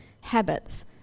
habits